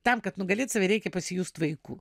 tam kad nugalėt save reikia pasijust vaiku